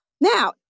Now